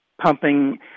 pumping